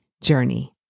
journey